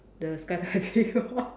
the skydiving lor